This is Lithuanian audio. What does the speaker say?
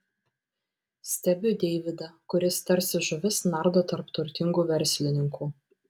stebiu deividą kuris tarsi žuvis nardo tarp turtingų verslininkų